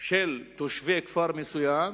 של תושבי כפר מסוים,